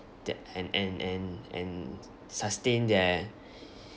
that and and and and sustain their